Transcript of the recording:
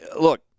look